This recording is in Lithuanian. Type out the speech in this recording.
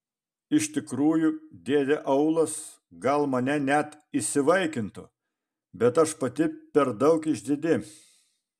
iš tikrųjų dėdė aulas gal mane net įsivaikintų bet aš pati per daug išdidi